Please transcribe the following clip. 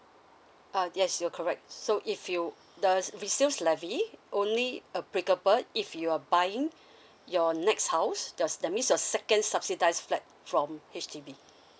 ah yes you are correct so if you the resale levy only applicable if you are buying your next house your that's means your second subsidised flat from H_D_B